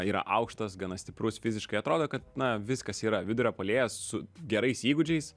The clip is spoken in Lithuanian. yra aukštas gana stiprus fiziškai atrodo kad na viskas yra vidurio puolėjas su gerais įgūdžiais